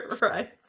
right